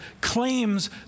claims